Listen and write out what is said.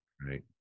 Right